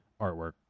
artwork